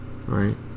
right